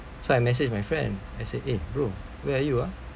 so I message my friend I said eh bro where are you ah